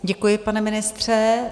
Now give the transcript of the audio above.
Děkuji, pane ministře.